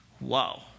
Wow